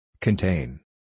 Contain